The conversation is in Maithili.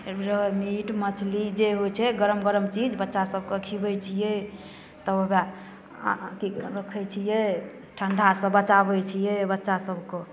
एम्हरो हइ मीट मछली जे होइ छै गरम गरम चीज बच्चासबके खुआबै छिए तब हे वएह कि रखै छिए ठण्डासँ बचाबै छिए बच्चासबके